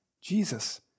Jesus